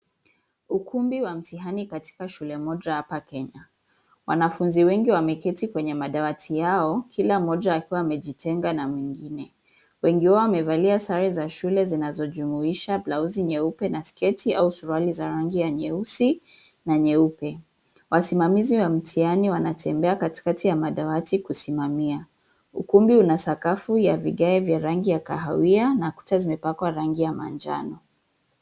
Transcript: Ukumbi wa mtihani katika shule moja hapa kenya. Wanafunzi wengi wameketi kwenye madawati yao kila mmoja akiwa amejitenga na mwingine. Wengi wao wamevalia sare za shule zinazojumuhisha blauzi nyeupe na sketi au suruali za rangi ya nyeusi na nyeupe. Wasimamizi wa mtihani wanatembe katikati ya madawati kusimamia. Ukumbi una sakafu ya vigae vya rangi ya kahawia na kuta zimapakwa rangi ya manjano.